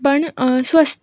पण स्वस्